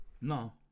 No